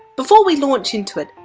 before we launch into it,